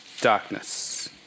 darkness